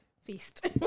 Feast